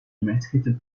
domestic